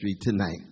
tonight